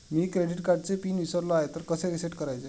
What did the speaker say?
मी credit कार्डचा pin विसरलो आहे तर कसे रीसेट करायचे?